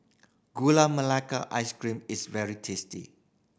Gula Melaka Ice Cream is very tasty